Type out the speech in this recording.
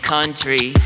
Country